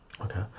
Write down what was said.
Okay